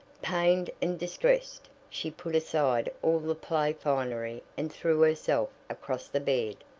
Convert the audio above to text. pained and distressed, she put aside all the play finery and threw herself across the bed.